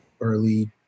early